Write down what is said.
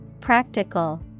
practical